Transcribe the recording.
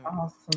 Awesome